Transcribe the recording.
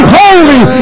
holy